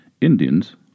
Indians